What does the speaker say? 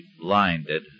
blinded